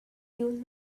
you